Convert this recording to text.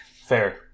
Fair